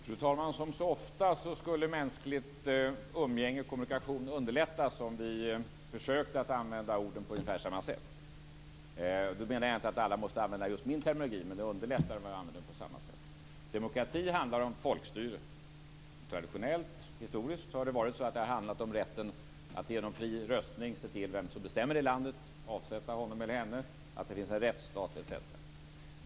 Fru talman! Som så ofta skulle mänskligt umgänge och kommunikation underlättas om vi försökte att använda orden på ungefär samma sätt. Då menar jag inte att alla måste använda just min terminologi, men det underlättar om vi använder den på samma sätt. Demokrati handlar om folkstyre. Traditionellt och historiskt har det handlat om rätten att genom fri röstning se till vem som bestämmer i landet och avsätta honom eller henne, att det finns en rättsstat etc.